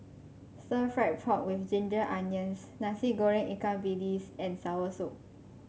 stir fry pork with Ginger Onions Nasi Goreng Ikan Bilis and soursop